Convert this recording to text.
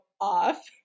off